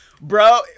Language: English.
bro